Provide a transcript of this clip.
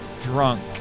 drunk